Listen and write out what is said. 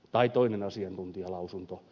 tai toinen asiantuntijalausunto